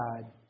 God